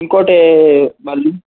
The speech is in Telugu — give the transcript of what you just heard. ఇంకోటి